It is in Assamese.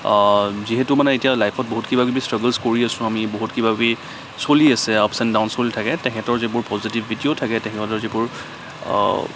যিহেতু মানে এতিয়া লাইফত বহুত কিবা কিবি ষ্ট্ৰাগুলচ কৰি আছোঁ আমি বহুত কিবা কিবি চলি আছে আপছ এণ্ড ডাউনছ চলি থাকে তেখেতৰ যিবোৰ পজিটিভ ভিডিঅ' থাকে তেখেতৰ যিবোৰ